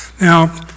Now